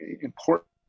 important